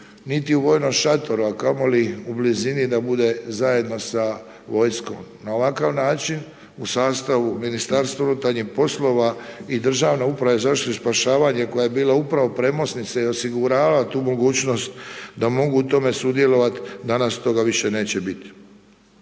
niti u vojnom šatoru a kamoli u blizini da bude zajedno sa vojskom. Na ovakav način u sastavu MUP-a i Državne uprave za zaštitu i spašavanje koja je bila upravo premosnica i osigurava tu mogućnost da mogu u tom sudjelovati, danas toga više neće biti.